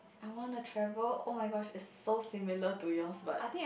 I wanna travel oh-my-gosh it's so similar to yours but